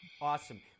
Awesome